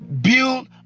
build